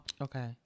okay